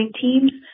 teams